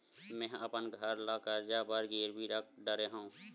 मेहा अपन घर ला कर्जा बर गिरवी रख डरे हव